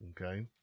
Okay